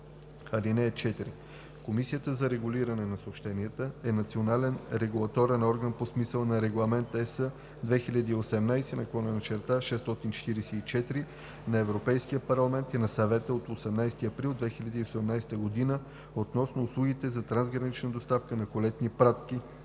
4: „(4) Комисията за регулиране на съобщенията е национален регулаторен орган по смисъла на Регламент (ЕС) 2018/644 на Европейския парламент и на Съвета от 18 април 2018 година относно услугите за трансгранична доставка на колетни пратки